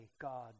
God